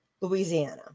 Louisiana